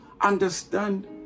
understand